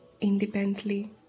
independently